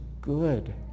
good